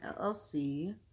llc